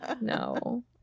No